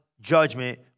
judgment